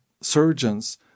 surgeons